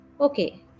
okay